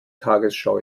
tagesschau